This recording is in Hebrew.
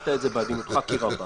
אתה אמרת את זה בעדינותך כי רבה,